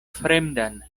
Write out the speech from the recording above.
fremdan